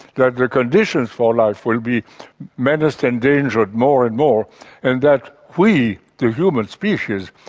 that the conditions for life will be menaced and dangered more and more and that we, the human species,